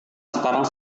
sekarang